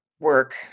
work